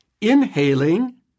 inhaling